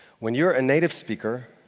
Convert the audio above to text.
when you're a native speaker,